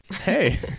Hey